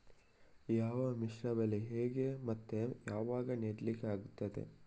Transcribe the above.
ಯಾವ ಮಿಶ್ರ ಬೆಳೆ ಹೇಗೆ ಮತ್ತೆ ಯಾವಾಗ ನೆಡ್ಲಿಕ್ಕೆ ಆಗ್ತದೆ?